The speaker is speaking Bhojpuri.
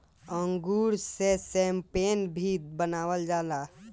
अंगूर से शैम्पेन भी बनावल जाला